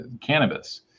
cannabis